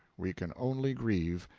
we can only grieve,